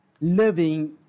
living